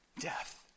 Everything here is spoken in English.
death